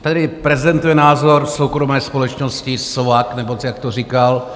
Tady prezentuje názor soukromé společnosti SOVAK, nebo jak to říkal.